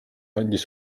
andis